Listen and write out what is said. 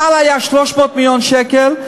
הסל היה 300 מיליון שקל,